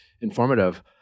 informative